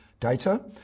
data